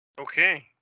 okay